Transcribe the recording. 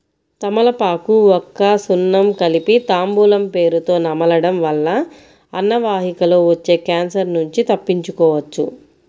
తమలపాకు, వక్క, సున్నం కలిపి తాంబూలం పేరుతొ నమలడం వల్ల అన్నవాహికలో వచ్చే క్యాన్సర్ నుంచి తప్పించుకోవచ్చు